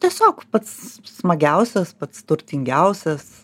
tiesiog pats smagiausias pats turtingiausias